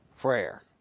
prayer